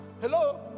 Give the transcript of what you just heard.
Hello